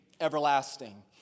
everlasting